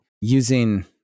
using